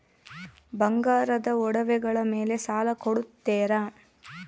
ಬಂಗಾರದ ಒಡವೆಗಳ ಮೇಲೆ ಸಾಲ ಕೊಡುತ್ತೇರಾ?